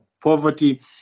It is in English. poverty